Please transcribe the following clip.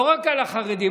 לא רק על החרדים.